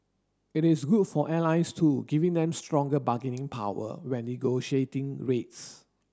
it is good for airlines too giving them stronger bargaining power when negotiating rates